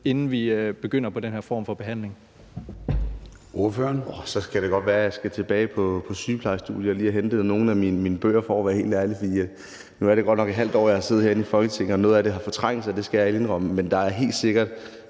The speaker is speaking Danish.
inden vi begynder på den her form for behandling?